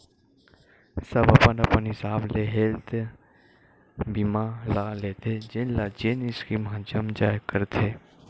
सब अपन अपन हिसाब ले हेल्थ बीमा ल लेथे जेन ल जेन स्कीम ह जम जाय करथे